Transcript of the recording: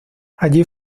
allí